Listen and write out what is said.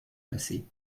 passé